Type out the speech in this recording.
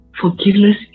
forgiveness